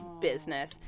business